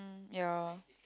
ya